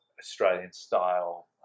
Australian-style